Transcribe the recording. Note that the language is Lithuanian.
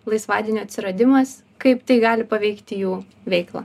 laisvadienių atsiradimas kaip tai gali paveikti jų veiklą